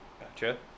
gotcha